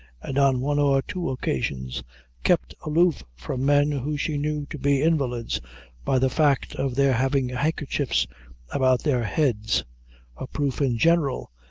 and on one or two occasions kept aloof from men who she knew to be invalids by the fact of their having handkerchiefs about their heads a proof, in general,